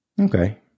Okay